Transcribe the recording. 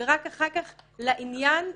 ורק אחר כך לעניין,